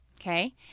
okay